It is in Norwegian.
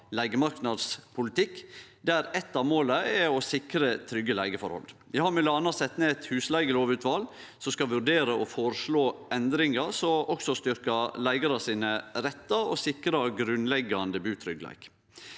leigemarknadspolitikk, der eit av måla er å sikre trygge leigeforhold. Vi har m.a. sett ned eit husleigelovutval, som skal vurdere og føreslå endringar som styrkjer leigarar sine rettar og sikrar grunnleggjande butryggleik.